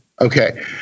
Okay